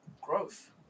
Growth